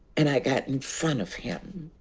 and i got and front of him.